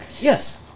Yes